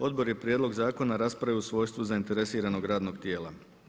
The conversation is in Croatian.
Odbor je prijedlog zakona raspravio u svojstvu zainteresiranog radnog tijela.